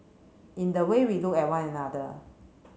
in the way we look at one another